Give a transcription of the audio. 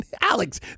Alex